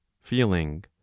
feeling